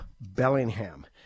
Bellingham